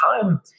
time